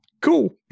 cool